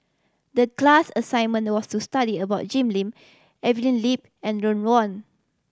the class assignment was to study about Jim Lim Evelyn Lip and Ron Wong